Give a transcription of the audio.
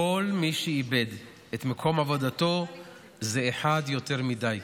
כל מי שאיבד את מקום עבודתו זה אחד יותר מדי,